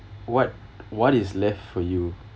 what what is left for you